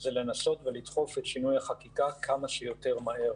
זה לנסות ולדחוף את שינוי החקיקה כמה שיותר מהר